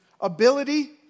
ability